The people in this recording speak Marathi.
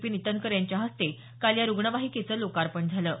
विपिन इटनकर यांच्या हस्ते काल या रुग्णवाहिकेच लोकापण झाल